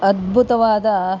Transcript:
ಅದ್ಭುತವಾದ